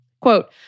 Quote